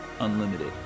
unlimited